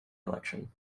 election